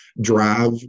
drive